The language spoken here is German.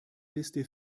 liste